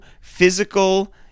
physical